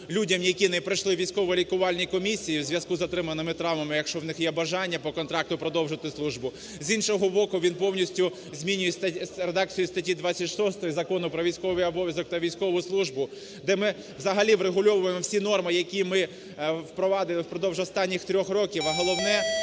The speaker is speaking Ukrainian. людям, які не пройшли військово-лікувальні комісії у зв'язку з отриманими травмами, якщо у них є бажання по контракту продовжити службу. З іншого боку, він повністю змінює редакцію статті 26 Закону "Про військовий обов'язок та військову службу", де ми взагалі врегульовуємо всі норми, які ми впровадили впродовж останніх 3 років,